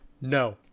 no